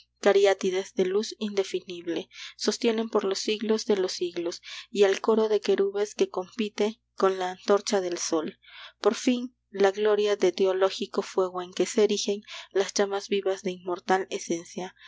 cariátides de luz indefinible sostienen por los siglos de los siglos y al coro de querubes que compite con la antorcha del sol por fin la gloria de teológico fuego en que se erigen las llamas vivas de inmortal esencia